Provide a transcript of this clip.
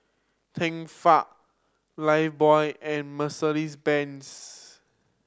Tefal Lifebuoy and Mercedes Benz